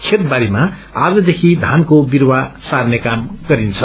खेतबारीमा आजदेखि धानको बिस्वा सार्ने काम गरिन्छ